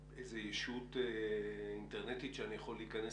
יש איזו ישות אינטרנטית שאני יכול להכנס